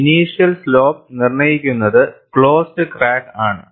initial slope നിർണ്ണയിക്കുന്നത് closed crack ആണ്